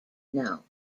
know